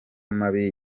mabi